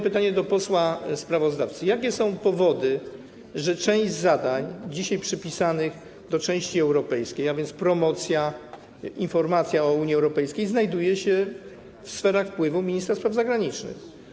Pytanie do posła sprawozdawcy: Jakie są powody, że część zadań dzisiaj przypisanych do części europejskiej, a więc promocja, informacja o Unii Europejskiej, znajduje się w sferach wpływu ministra spraw zagranicznych?